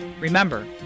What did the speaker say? Remember